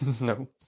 No